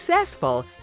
successful